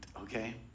okay